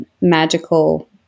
magical